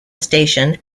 station